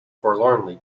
forlornly